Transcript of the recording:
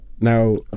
Now